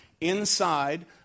inside